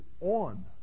on